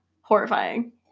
Horrifying